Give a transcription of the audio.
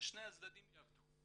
ששני הצדדים יעבדו,